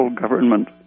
government